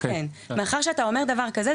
מאחר שאתה אומר דבר כזה,